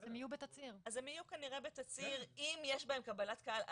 אז הן יהיו כנראה בתצהיר, אם יש בהן קבלת קהל.